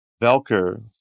Velker